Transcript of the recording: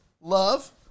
love